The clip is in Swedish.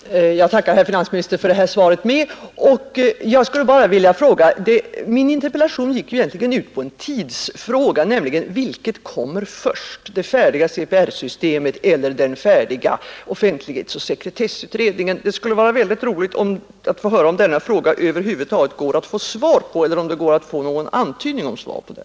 Herr talman! Jag tackar finansministern för det här svaret med, men jag skulle vilja ställa en fråga. Min interpellation gick egentligen ut på en tidsfråga, nämligen: Vilket kommer först. det färdiga CPR-systemet eller den färdiga offentlighetsoch sekretessutredningen? Det skulle vara väldigt roligt att få höra om denna fråga över huvud taget går att få svar på eller om det går att få någon antydning om svaret på den.